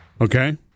Okay